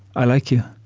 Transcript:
i like you.